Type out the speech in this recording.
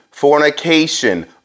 fornication